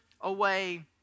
away